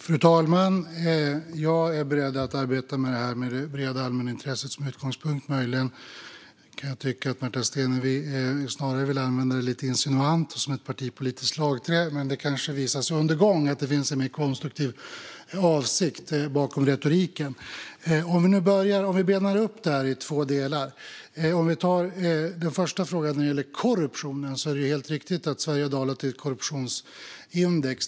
Fru talman! Jag är beredd att arbeta med detta med det breda allmänintresset som utgångspunkt. Möjligen kan jag tycka att Märta Stenevi snarare vill använda det lite insinuant som ett partipolitiskt slagträ. Men det kanske visar sig under gång att det finns en mer konstruktiv avsikt bakom retoriken. Vi kan bena upp det i två delar. När det gäller den första frågan om korruptionen är det helt riktigt att Sverige har dalat i korruptionsindex.